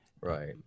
Right